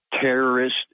terrorist